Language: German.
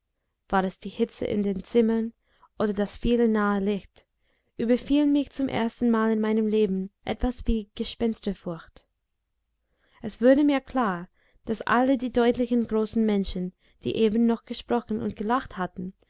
war es die hitze in den zimmern oder das viele nahe licht überfiel mich zum erstenmal in meinem leben etwas wie gespensterfurcht es wurde mir klar daß alle die deutlichen großen menschen die eben noch gesprochen und gelacht hatten